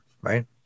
right